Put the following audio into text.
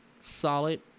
solid